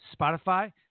Spotify